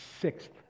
sixth